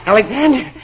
Alexander